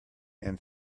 and